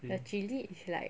the chilli is like